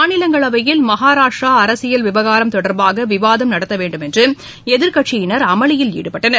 மாநிலங்களவையில் மகாராஷ்ரா அரசியல் விவகாரம் தொடர்பாக விவாதம் நடத்த வேண்டுமென்று எதிர்க்கட்சியினர் அமளியில் ஈடுபட்டனர்